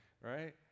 right